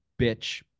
bitch